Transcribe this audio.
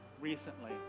recently